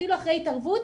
אפילו אחרי התערבות,